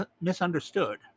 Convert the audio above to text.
misunderstood